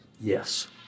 Yes